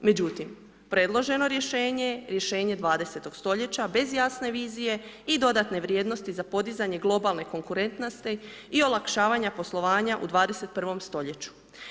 Međutim predloženo rješenje je rješenje 20. st. bez jasne vizije i dodatne vrijednosti za podizanje globalne konkurentnosti i olakšavanja poslovanja u 21.st.